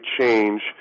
change